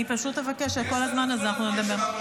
אני פשוט אבקש שכל הזמן הזה אנחנו נדבר.